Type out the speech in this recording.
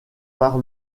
par